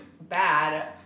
bad